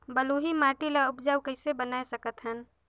बलुही माटी ल उपजाऊ कइसे बनाय सकत हन?